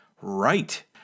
Right